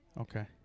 Okay